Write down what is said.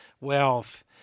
wealth